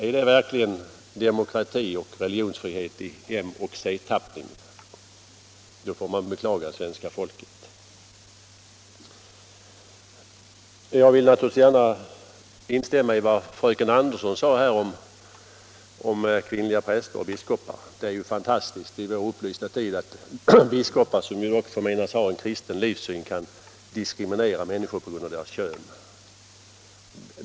Är det verkligen demokrati och religionsfrihet i moch c-tappning då får man beklaga svenska folket. Jag vill gärna instämma i vad fröken Andersson sade om kvinnliga präster och biskopar. Det är ju fantastiskt i vår upplysta tid att biskopar, som dock förmenas ha en kristen livssyn, kan diskriminera människor på grund av deras kön.